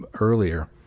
earlier